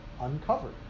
uncovered